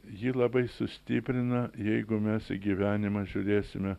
jį labai sustiprina jeigu mes į gyvenimą žiūrėsime